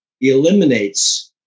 eliminates